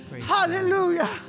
Hallelujah